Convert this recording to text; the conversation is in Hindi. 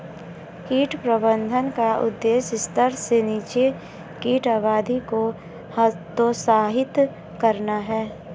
कीट प्रबंधन का उद्देश्य स्तर से नीचे कीट आबादी को हतोत्साहित करना है